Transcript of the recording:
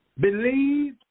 Believe